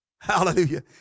Hallelujah